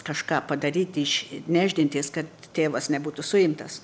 kažką padaryti iš nešdintis kad tėvas nebūtų suimtas